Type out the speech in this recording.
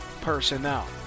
personnel